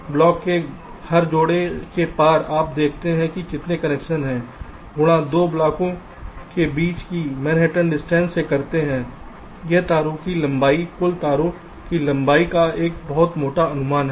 block के हर जोड़े के पार आप देखते हैं कि कितने कनेक्शन हैं गुणा 2 ब्लॉकों के बीच की मैनहट्टन दूरी से करते है यह तारों की लंबाई कुल तारों की लंबाई का बहुत मोटा अनुमान होगा